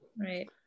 Right